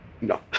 No